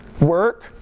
work